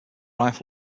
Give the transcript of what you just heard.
rifle